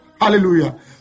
Hallelujah